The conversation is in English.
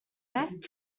back